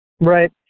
right